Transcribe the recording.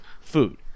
food